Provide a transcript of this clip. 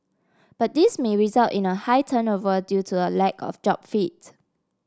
but this may result in a high turnover due to a lack of job fit